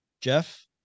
Jeff